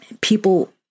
People